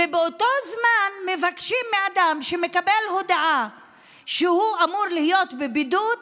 ובאותו זמן מבקשים מהאדם שמקבל הודעה שהוא אמור להיות בבידוד